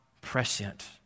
prescient